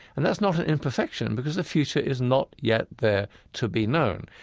and that's not an imperfection, because the future is not yet there to be known.